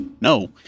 No